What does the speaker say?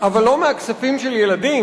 אבל לא מהכספים של ילדים.